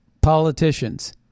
politicians